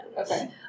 Okay